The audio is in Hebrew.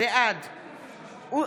בעד עמיר פרץ, אינו